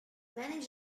manage